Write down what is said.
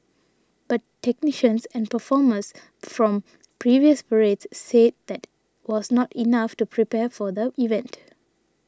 but technicians and performers from previous parades said that was not enough to prepare for the event